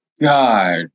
God